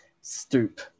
stoop